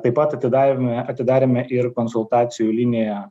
taip pat atidarėm atidarėme ir konsultacijų liniją